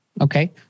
Okay